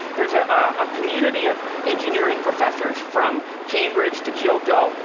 there's a ah community of engineering professors, from cambridge to kyoto,